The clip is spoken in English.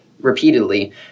repeatedly